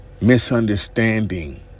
misunderstanding